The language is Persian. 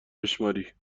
بشمری